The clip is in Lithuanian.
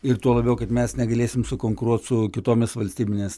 ir tuo labiau kad mes negalėsim sukonkuruot su kitomis valstybinės